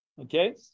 okay